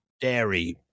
dairy